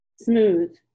Smooth